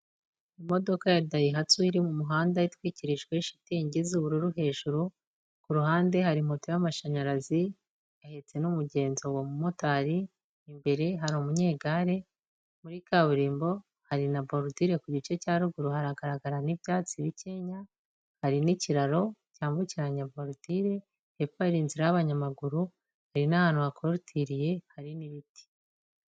Imodoka ya dayihatsu iri mu muhanda itwikirijwe shitingi z'ubururu hejuru, ku ruhande hari moto y'amashanyarazi, ihetse n'umugenzi uwo mumotari, imbere hari umunyegare muri kaburimbo, hari na borudire ku gice cya ruguru haragaragara n'ibyatsi bikenya, hari n'ikiraro cyambukiranya borudire, hepfo hari inzira y'abanyamaguru, hari n'ahantu hakorutiriye, hari n'ibiti.